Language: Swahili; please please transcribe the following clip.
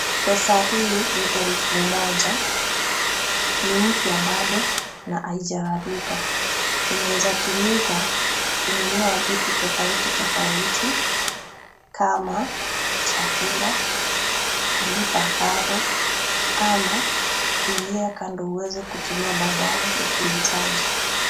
Pesa hii ni elfu moja, ni mpya bado na haijararuka. Inaweza tumika kununua vitu tofauti tofauti kama chakula, kulipa karo ama kuiweka ndiyo uweze kutumia baadae ukihitaji.